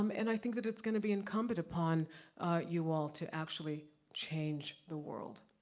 um and i think that it's gonna be incumbent upon you all, to actually change the world.